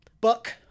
buck